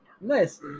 Nice